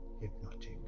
hypnotic